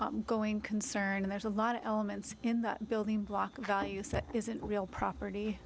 going concern there's a lot of elements in that building block of values that isn't real property